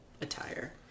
attire